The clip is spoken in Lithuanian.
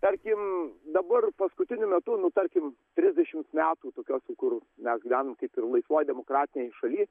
tarkim dabar paskutiniu metu nu tarkim trisdešimt metų tokios kur mes gyvenam kaip ir laisvoj demokratinėj šaly